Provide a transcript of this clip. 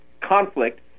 conflict